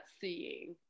seeing